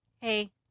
hey